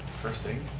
first item?